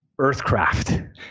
Earthcraft